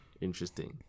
interesting